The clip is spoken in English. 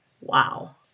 Wow